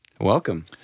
welcome